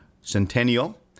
Centennial